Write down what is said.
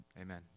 amen